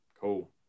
cool